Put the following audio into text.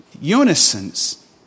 unison